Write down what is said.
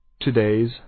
Today's